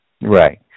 Right